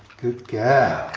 good girl.